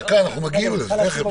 נגיע לזה.